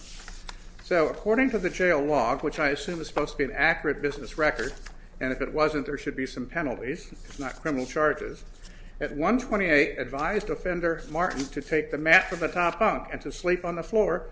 so according to the jail log which i assume is supposed to be an accurate business record and if it wasn't there should be some penalties not criminal charges at one twenty eight advised offender martin to take the matter of a top up and to sleep on the floor